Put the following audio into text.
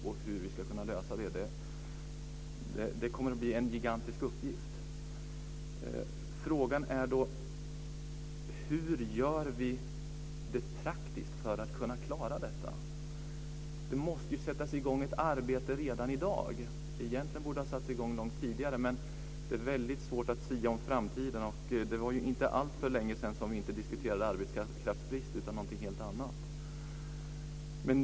Det är en gigantisk uppgift som jag inte vet hur vi kommer att kunna lösa. Frågan är då: Hur ska vi klara detta praktiskt? Det måste sättas i gång ett arbete i dag - egentligen borde det ha satts i gång långt tidigare, men det är väldigt svårt att sia om framtiden. Det var inte alltför längesedan som vi diskuterade någonting helt annat än arbetskraftsbrist.